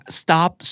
stop